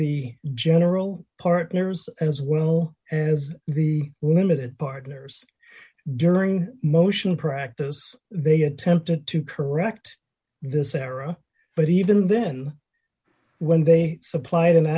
the general partners as well as the limited partners during motion practice they attempted to correct this error but even then when they supplied an